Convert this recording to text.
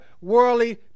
worldly